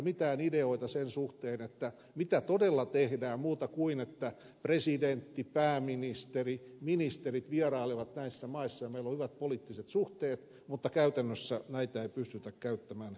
mitään ideoita ei ole sen suhteen mitä todella tehdään muuta kuin se että presidentti pääministeri ministerit vierailevat näissä maissa ja meillä on hyvät poliittiset suhteet mutta käytännössä näitä ei pystytä käyttämään hyödyksi